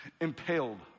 impaled